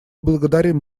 благодарим